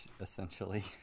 essentially